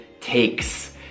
takes